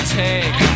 take